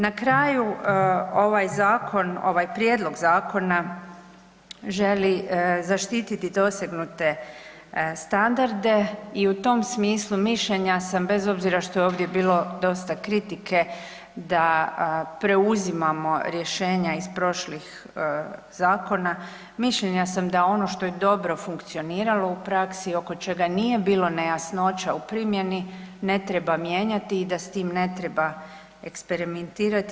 Na kraju, ovaj Zakon, ovaj Prijedlog zakona želi zaštititi dosegnute standarde i u tom smislu mišljenja sam bez obzira što je ovdje bilo dosta kritike da preuzimamo rješenja iz prošlih zakona, mišljenja sam da ono što je dobro funkcioniralo u praksi i oko čega nije bilo nejasnoća u primjeni ne treba mijenjati i da s tim ne treba eksperimentirati.